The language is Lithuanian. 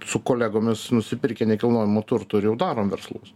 su kolegomis nusipirkę nekilnojamo turto ir jau darom verslus